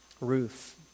Ruth